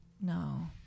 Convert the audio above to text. No